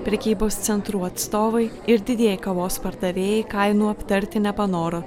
prekybos centrų atstovai ir didieji kavos pardavėjai kainų aptarti nepanoro